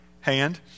hand